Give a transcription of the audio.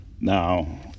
Now